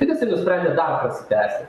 taip jisai nusprendė dar prasitęsti